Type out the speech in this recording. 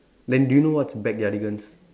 then do you know what's Backyardigans